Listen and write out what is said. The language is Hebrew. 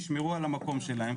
ישמרו על המקום שלהם,